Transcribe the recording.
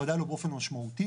ודאי לא באופן משמעותי.